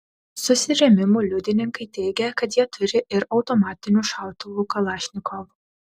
susirėmimų liudininkai teigia kad jie turi ir automatinių šautuvų kalašnikov